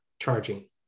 charging